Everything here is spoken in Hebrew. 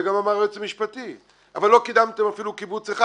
זה גם אמר היועץ המשפטי אבל לא קידמתם אפילו קיבוץ אחד,